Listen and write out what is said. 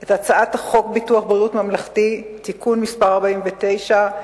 את הצעת חוק ביטוח בריאות ממלכתי (תיקון מס' 49),